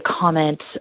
comment